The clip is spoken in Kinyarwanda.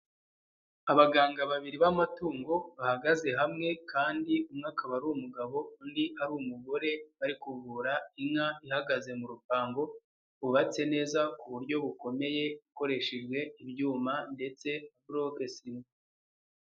Abaganga babiri b'amatungo bahagaze hamwe kandi umwe akaba ari umugabo undi ari umugore, bari kuvura inka ihagaze mu rupango rwubatse neza ku buryo bukomeye bukoreshejwe ibyuma ndetse na buroke sima.